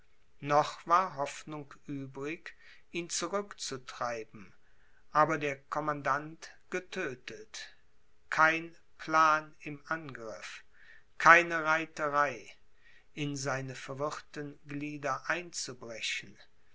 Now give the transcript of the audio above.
noch war hoffnung übrig ihn zurückzutreiben aber der commandant getödtet kein plan im angriff keine reiterei in seine verwirrten glieder einzubrechen